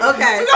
Okay